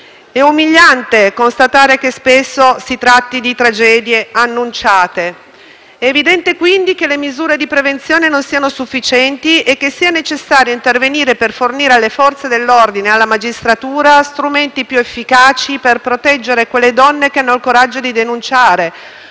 È umiliante constatare che spesso si tratti di tragedie annunciate. È evidente, quindi, che le misure di prevenzione non siano sufficienti e che sia necessario intervenire per fornire alle Forze dell'ordine e alla magistratura strumenti più efficaci per proteggere quelle donne che hanno il coraggio di denunciare,